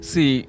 See